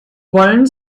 wollen